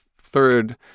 third